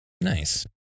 nice